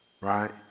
right